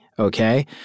Okay